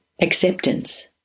acceptance